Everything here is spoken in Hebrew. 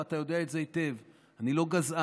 ואתה יודע את זה היטב: אני לא גזען.